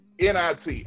NIT